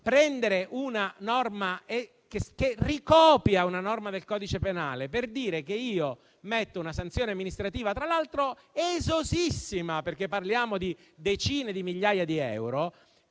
prende una norma che ne ricopia una del codice penale per introdurre una sanzione amministrativa, tra l'altro esosissima (perché parliamo di decine di migliaia di euro),